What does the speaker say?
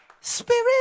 Spirit